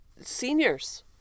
seniors